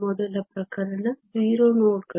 ಮೊದಲ ಪ್ರಕರಣ 0 ನೋಡ್ಗಳು